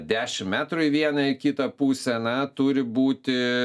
dešimt metrų į vieną į kitą pusę na turi būti